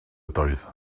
ydoedd